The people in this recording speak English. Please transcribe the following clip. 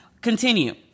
Continue